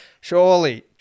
surely